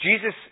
Jesus